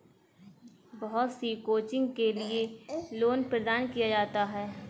बहुत सी कोचिंग के लिये लोन प्रदान किया जाता है